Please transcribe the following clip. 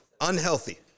unhealthy